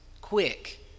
quick